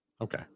Okay